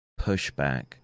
pushback